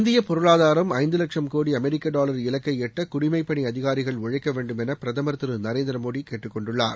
இந்திய பொருளாதாரம் ஐந்து லட்சம் கோடி அமெரிக்க டாவர் இலக்கை எட்ட குடிமைப்பணி அதிகாரிகள் உழைக்க வேண்டும் என பிரதமர் திரு நரேந்திரமோடி கேட்டுக்கொண்டுள்ளார்